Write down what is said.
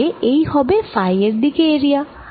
তাহলে এই হবে ফাই এর দিকে এরিয়া